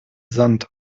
sand